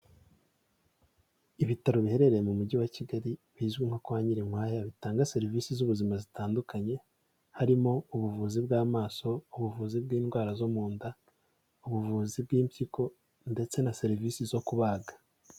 Ibitaro biherereye mu mujyi wa Kigali bizwi nko kwa Nyirinkwaya, bitanga serivisi z'ubuzima zitandukanye harimo; ubuvuzi bw'amaso, ubuvuzi bw'indwara zo mu nda, ubuvuzi bw'impyiko ndetse na serivisi zo kubaga.